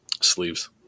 sleeves